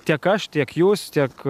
tiek aš tiek jūs tiek